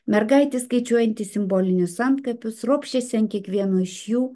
mergaitė skaičiuojanti simbolinius antkapius ropščiasi ant kiekvieno iš jų